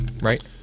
right